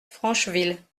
francheville